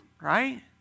Right